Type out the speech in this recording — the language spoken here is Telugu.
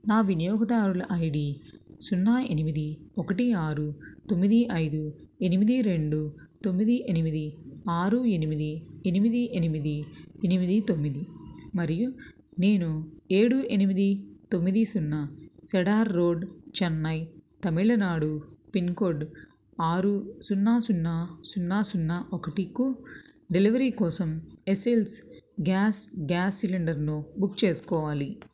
నా వినియోగదారుల ఐడి సున్నా ఎనిమిది ఒకటి ఆరు తొమ్మిది ఐదు ఎనిమిది రెండు తొమ్మిది ఎనిమిది ఆరు ఎనిమిది ఎనిమిది ఎనిమిది ఎనిమిది తొమ్మిది మరియు నేను ఏడు ఎనిమిది తొమ్మిది సున్నా సడార్ రోడ్ చెన్నై తమిళనాడు పిన్కోడ్ ఆరు సున్నా సున్నా సున్నా సున్నా ఒకటికు డెలివరీ కోసం ఎస్ఎల్ గ్యాస్ గ్యాస్ సిలిండర్ను బుక్ చేసుకోవాలి